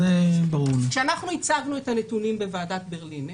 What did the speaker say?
כשאנחנו הצגנו את הנתונים בוועדת ברלינר,